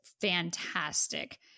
fantastic